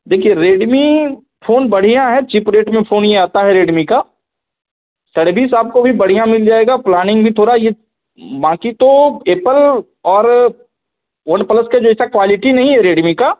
देखिए Redmi phone बढ़िया है चीप रेट में फ़ोन यह आता है रेडमी की सर्विस आपको भी बढ़िया मिल जाएगी प्लानिंग भी थोड़ा यह बाक़ी तो एप्पल और वन प्लस की जैसी क्वालिटी नहीं है रेडमी की